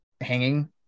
hanging